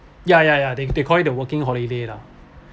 ya ya ya they they call it the working holiday lah